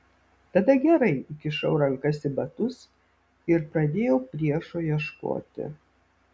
tada gerai įkišau rankas į batus ir pradėjau priešo ieškoti